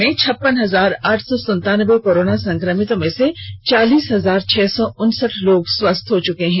राज्यभर में छप्पन हजार आठ सौ संतानबे कोरोना संक्रमितों में से चालीस हजार छह सौ उनसठ लोग स्वस्थ हो चुके हैं